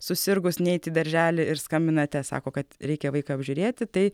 susirgus neiti į darželį ir skambinate sako kad reikia vaiką apžiūrėti tai